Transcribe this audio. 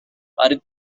are